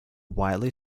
widely